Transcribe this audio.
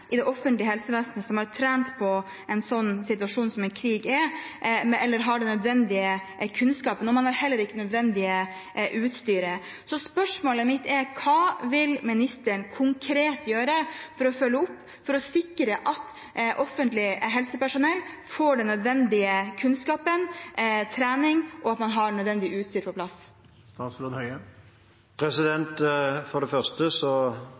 i det offentlige helsevesenet som har trent på en slik situasjon som en krig er, eller har den nødvendige kunnskapen, og at man heller ikke har det nødvendige utstyret. Spørsmålet mitt er: Hva vil ministeren konkret gjøre for å følge opp, for å sikre at offentlig helsepersonell får nødvendig kunnskap og trening, og at man har nødvendig utstyr på plass? For det første